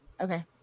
Okay